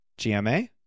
gma